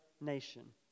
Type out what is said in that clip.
nation